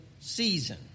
season